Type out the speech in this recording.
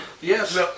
Yes